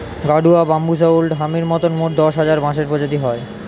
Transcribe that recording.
গাডুয়া, বাম্বুষা ওল্ড হামির মতন মোট দশ হাজার বাঁশের প্রজাতি হয়